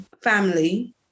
family